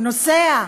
הוא נוסע.